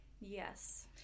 Yes